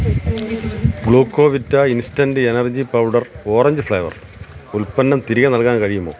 Glucovita instant energy powder orange flavour ഉൽപ്പന്നം തിരികെ നൽകാൻ കഴിയുമോ